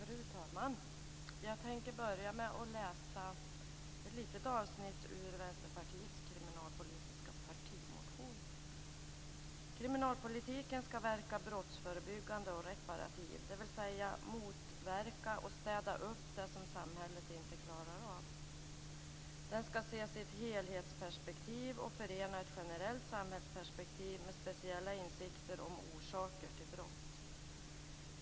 Fru talman! Jag tänker börja med att läsa ett litet avsnitt ur Vänsterpartiets kriminalpolitiska partimotion. "Kriminalpolitiken skall verka brottsförebyggande och reparativt, dvs. motverka och 'städa upp' det som samhället inte klarat av. Den skall ses i ett helhetsperspektiv och förena ett generellt samhällsperspektiv med speciella insikter om orsaker till brott.